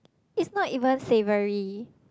it's not even savoury